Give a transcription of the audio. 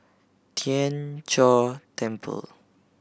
Tien Chor Temple